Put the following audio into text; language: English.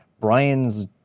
Brian's